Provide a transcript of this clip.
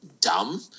dumb